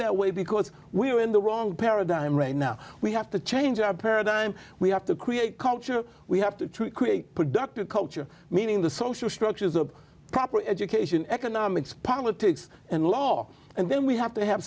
that way because we're in the wrong paradigm right now we have to change our paradigm we have to create culture we have to create productive culture meaning the social structures of proper education economics politics and law and then we have to have